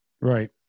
Right